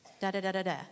da-da-da-da-da